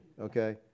okay